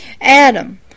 Adam